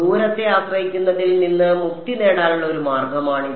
ദൂരത്തെ ആശ്രയിക്കുന്നതിൽ നിന്ന് മുക്തി നേടാനുള്ള ഒരു മാർഗമാണിത്